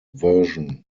version